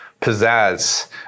pizzazz